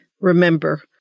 Remember